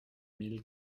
mille